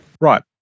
Right